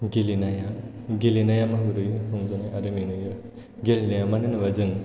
गेलेनाया माबोरै रंजानाय आरो मेंहोयो गेलेनाया मानो होनोबा जों